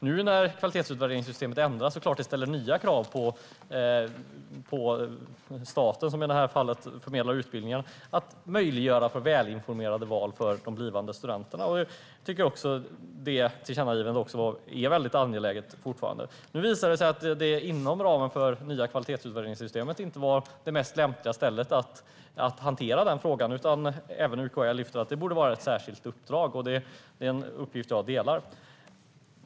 När nu kvalitetsutvärderingssystemet ändras ställer detta självklart nya krav på staten, som i detta fall förmedlar utbildningar, att möjliggöra välinformerade val för blivande studenter. Tillkännagivandet är fortfarande angeläget. Nu har det visat sig att det mest lämpliga sättet att hantera frågan inte var inom ramen för det nya kvalitetsutvärderingssystemet. Även UKÄ lyfter fram att det borde vara ett särskilt uppdrag. Jag delar den åsikten.